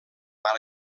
ara